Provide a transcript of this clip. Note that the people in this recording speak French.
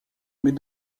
mais